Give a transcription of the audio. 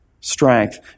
strength